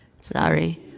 Sorry